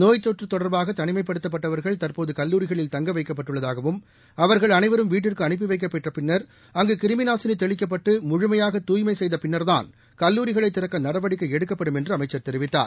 நோய்த்தொற்று தொடர்பாக தனிமைப்படுத்தப்பட்டவர்கள் தற்போது கல்லூரிகளில் தங்க வைக்கப்பட்டுள்ளதாகவும் அவர்கள் அனைவரும் வீட்டிற்கு அனுப்பி வைக்கப்பட்ட பின்னா் அங்கு கிருமிநாசினி தெளிக்கப்பட்டு முழுமையாக தூய்மை செய்த பின்னர்தான் கல்லூரிகளை திறக்க நடவடிக்கை எடுக்கப்படும் என்று அமைச்சர் தெரிவித்தார்